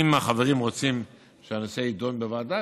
אם החברים רוצים שהנושא יידון בוועדה,